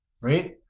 right